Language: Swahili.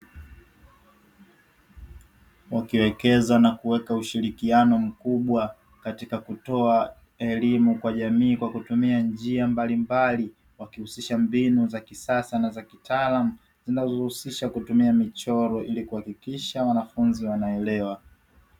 Wakiwekeza na kuweka ushirikiano mkubwa, katika kutoa elimu kwa jamii kwa kutumia njia mbalimbali, wakihusisha mbinu za kisasa na za kitaalamu, zinazohusisha kutumia michoro, ili kuhakikisha wanafunzi wanaelewa.